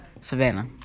Savannah